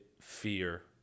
fear